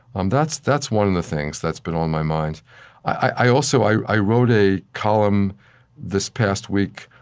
um that's that's one of the things that's been on my mind i also i wrote a column this past week,